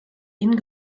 ihnen